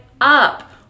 up